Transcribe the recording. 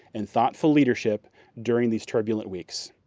and thoughtful leadership during these turbulent weeks.